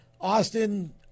Austin